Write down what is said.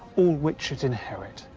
all which it inherit,